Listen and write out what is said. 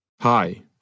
Hi